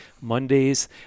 Mondays